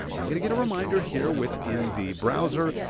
i'm gonna get a reminder here within the browser,